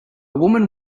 woman